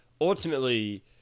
ultimately